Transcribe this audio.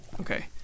Okay